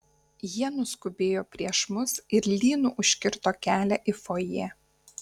jie nuskubėjo prieš mus ir lynu užkirto kelią į fojė